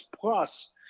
plus